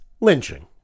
lynching